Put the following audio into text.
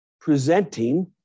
presenting